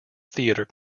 theatre